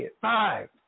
five